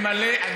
זה לא ממלא מקום.